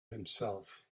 himself